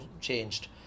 changed